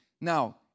Now